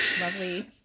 lovely